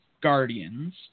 Guardians